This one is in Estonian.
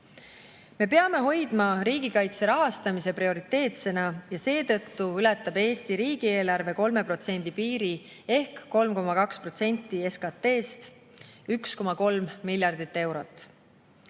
Me peame hoidma riigikaitse rahastamise prioriteetsena ja seetõttu ületab Eesti riigi [kaitse]eelarve 3% piiri ehk on 3,2% SKT‑st – 1,3 miljardit eurot.